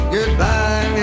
Goodbye